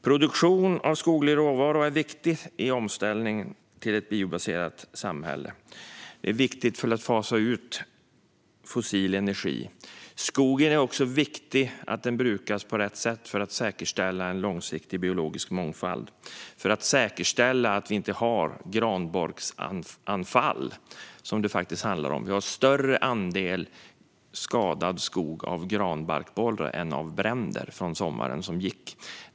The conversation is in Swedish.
Produktion av skoglig råvara är viktig i en omställning till ett biobaserat samhälle. Det är viktigt för att fasa ut fossil energi. Det är också viktigt att skogen brukas på rätt sätt för att säkerställa en långsiktig biologisk mångfald och för att säkerställa att vi inte har anfall från granbarkborrar, som det faktiskt handlar om. Vi har en större andel skog som är skadad av granbarkborrar än av bränderna i somras.